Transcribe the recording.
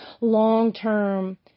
long-term